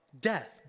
death